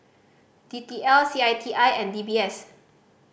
D T L C I T I and D B S